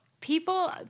People